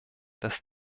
dass